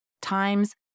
Times